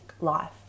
life